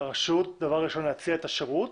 לרשות, דבר ראשון להציע את השירות,